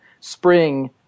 spring